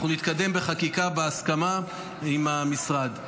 אנחנו נתקדם בחקיקה בהסכמה עם המשרד.